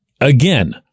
Again